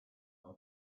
are